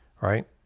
right